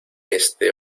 este